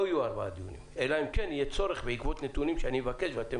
לא יהיו ארבעה דיונים אלא אם כן יהיה צורך בנתונים שאני מבקש ואתם